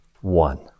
One